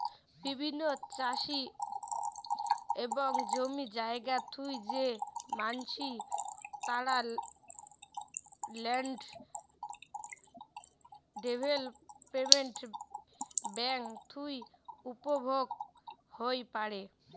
বিভিন্ন চাষি এবং জমি জায়গা থুই যে মানসি, তারা ল্যান্ড ডেভেলপমেন্ট বেঙ্ক থুই উপভোগ হই পারে